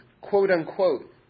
quote-unquote